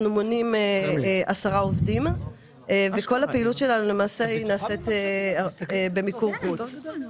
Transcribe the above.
אנחנו מונים 10 עובדים וכל הפעילות שלנו נעשית במיקור חוץ.